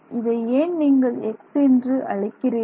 இதை ஏன் நீங்கள் x என்று அழைக்கிறீர்கள்